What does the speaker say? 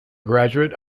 graduate